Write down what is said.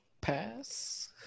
Pass